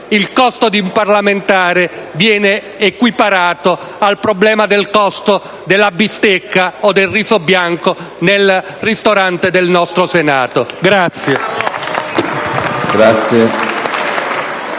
il costo di un parlamentare viene equiparato al problema del costo di una bistecca o del riso in bianco nel ristorante del nostro Senato.